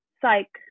psych